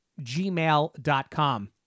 gmail.com